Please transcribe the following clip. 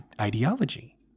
ideology